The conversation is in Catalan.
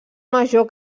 major